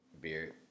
beer